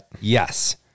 Yes